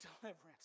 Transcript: deliverance